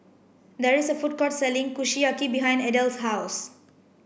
there is a food court selling Kushiyaki behind Adell's house